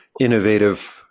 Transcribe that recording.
innovative